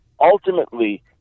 ultimately